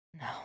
No